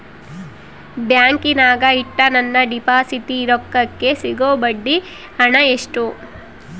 ಬ್ಯಾಂಕಿನಾಗ ಇಟ್ಟ ನನ್ನ ಡಿಪಾಸಿಟ್ ರೊಕ್ಕಕ್ಕೆ ಸಿಗೋ ಬಡ್ಡಿ ಹಣ ಎಷ್ಟು?